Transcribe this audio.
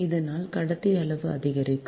இதனால் கடத்தி அளவு அதிகரிக்கும்